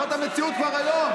זאת המציאות כבר היום.